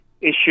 issue